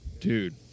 Dude